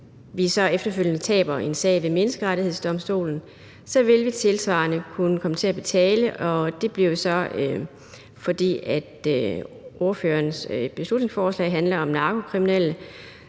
og vi så efterfølgende taber en sag ved Menneskerettighedsdomstolen, vil vi tilsvarende kunne komme til at betale, og fordi ordførerens beslutning handler om narkokriminelle,